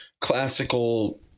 classical